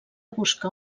buscar